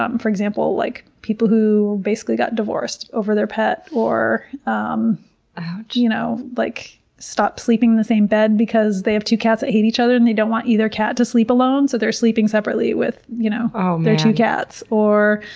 ah and for example, like people who basically got divorced over their pet, or um you know like stop sleeping in the same bed because they have two cats that hate each other and they don't want either cat to sleep alone. so they're sleeping separately with you know um their two cats. or,